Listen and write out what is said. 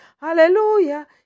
Hallelujah